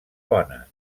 bones